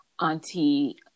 auntie